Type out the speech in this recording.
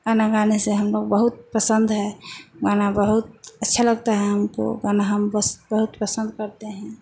गाना गाने से हम लोग बहुत पसंद है गाना बहुत अच्छा लगता है हमको गाना हम बस बहुत पसंद करते हैं